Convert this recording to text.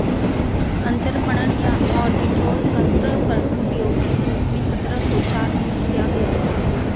अंतरपणन या आर्बिट्राज का सर्वप्रथम प्रयोग इस रूप में सत्रह सौ चार में किया गया था